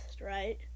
right